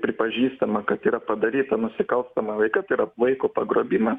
pripažįstama kad yra padaryta nusikalstama veika tai yra vaiko pagrobimas